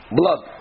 blood